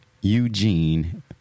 Eugene